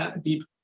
deep